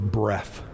breath